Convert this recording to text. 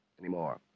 anymore